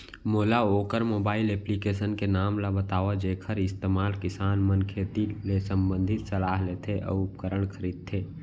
मोला वोकर mobile application के नाम ल बतावव जेखर इस्तेमाल किसान मन खेती ले संबंधित सलाह लेथे अऊ उपकरण खरीदथे?